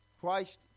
Christ